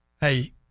Hey